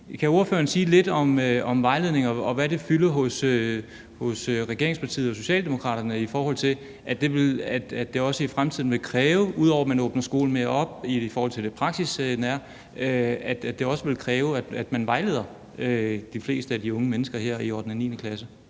Kan ordføreren sige lidt om vejledninger og om, hvad det fylder hos regeringspartiet, hos Socialdemokraterne, i forhold til at det, ud over at man åbner skolen mere op i forhold til det praksisnære, også i fremtiden vil kræve, at man vejleder de fleste af de unge mennesker i 8. og 9. klasse,